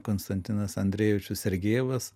konstantinas andrejevičius sergejevas